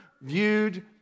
viewed